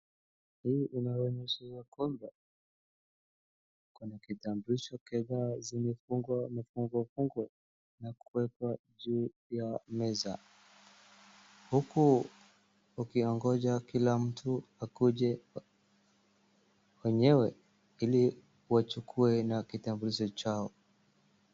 Hii inaonyesha ya kwamba kuna kitambulisho kadhaa zimefungwa fungwa, na kuwekwa juu ya meza. Huku wakiongoja kila mtu akuje wenyewe ili wachukue aina ya kitambulisho chao.